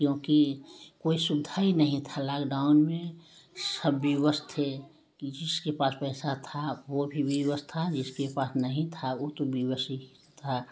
क्योंकि कोई सुविधा ही नहीं था लॉकडाउन में सब बेबस थे जिसके पास पैसा था वो भी बेबस था जिसके पास नहीं था उ तो बेबस ही था